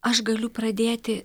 aš galiu pradėti